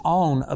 own